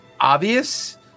obvious